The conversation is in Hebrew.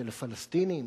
של הפלסטינים,